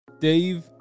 Dave